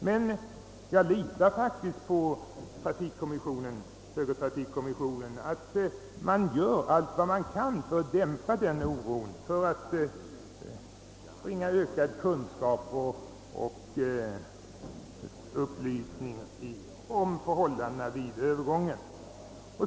Men jag litar faktiskt på att högertrafikkommissionen gör allt den kan för att dämpa oron och för att bringa ökad kunskap och upplysning om förhållandena vid övergången.